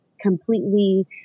completely